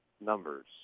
numbers